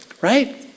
Right